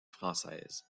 française